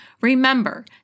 Remember